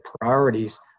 priorities